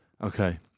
Okay